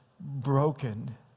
broken